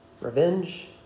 Revenge